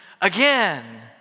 again